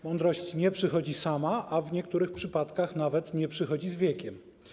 Mądrość nie przychodzi sama, a w niektórych przypadkach nawet nie przychodzi z wiekiem.